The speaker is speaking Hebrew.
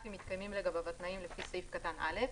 אם מתקיימים לגביו התנאים לפי סעיף קטן (א),